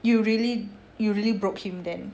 you really you really broke him then